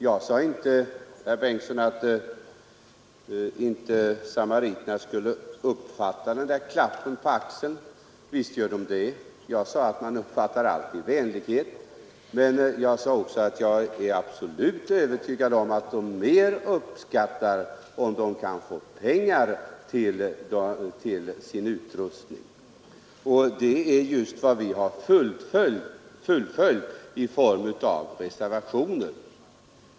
Jag sade inte, herr Bengtsson, att inte samariterna skulle uppskatta den där klappen på axeln. Visst gör de det — jag sade att man alltid uppskattar vänlighet. Men jag sade också att jag är absolut övertygad om att de mer uppskattar om de kan få pengar till sin utrustning. Det är just denna uppfattning som vi har fullföljt i form av reservationen.